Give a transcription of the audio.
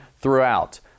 throughout